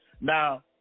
Now